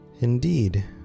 Indeed